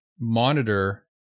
monitor